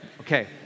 Okay